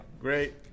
great